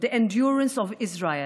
ושל התגברות על מהמורות.